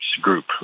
group